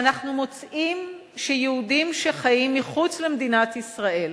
ואנחנו מוצאים שיהודים שחיים מחוץ למדינת ישראל,